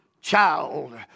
child